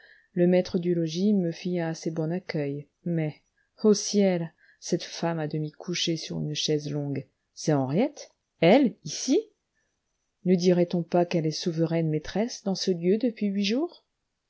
le maître du logis me fit assez bon accueil mais ô ciel cette femme à demi couchée sur une chaise longue c'est henriette elle ici ne dirait-on pas qu'elle est souveraine maîtresse dans ce lieu depuis huit jours